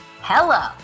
Hello